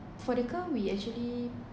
for the car we actually